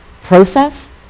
process